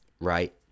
right